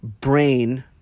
brain